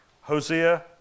Hosea